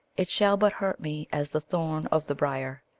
it shall but hurt me as the thorn of the briar,